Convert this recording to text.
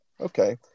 Okay